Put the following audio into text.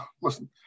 listen